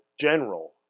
general